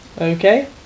Okay